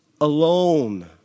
alone